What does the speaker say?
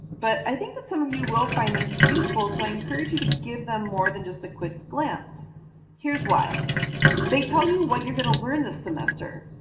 but i think that some of you will find them to be useful, so i encourage you to go give them more than just a quick glance here's why they tell you what you are going to learn this semester.